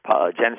Genesis